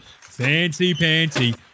fancy-pantsy